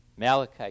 Malachi